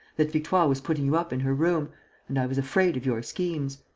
that victoire was putting you up in her room and i was afraid of your schemes.